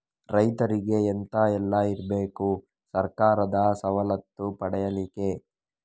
ರೈತರಿಗೆ ಎಂತ ಎಲ್ಲ ಇರ್ಬೇಕು ಸರ್ಕಾರದ ಸವಲತ್ತು ಪಡೆಯಲಿಕ್ಕೆ?